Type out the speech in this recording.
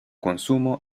consumo